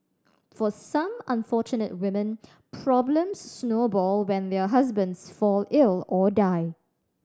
for some unfortunate women problems snowball when their husbands fall ill or die